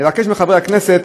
אני אבקש מחברי הכנסת